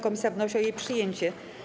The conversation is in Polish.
Komisja wnosi o jej przyjęcie.